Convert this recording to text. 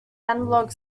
analog